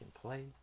play